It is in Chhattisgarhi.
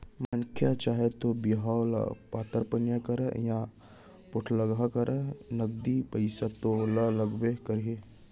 मनसे ह चाहे तौ बिहाव ल पातर पनियर करय या पोठलगहा करय नगदी पइसा तो ओला लागबे करही